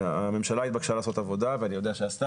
הממשלה התבקשה לעשות עבודה ואני יודע שהיא עשתה